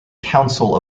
council